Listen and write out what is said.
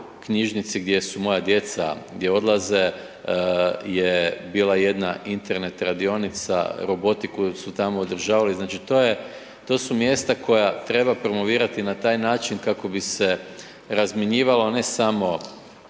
knjižnici gdje su moja djeca, gdje odlaze je bila jedna Internet radionica, robotiku su tamo održavali, znači to je, to su mjesta koja treba promovirati na taj način kako bi se razmjenjivalo, ne samo